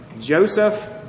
Joseph